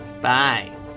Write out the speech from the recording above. Bye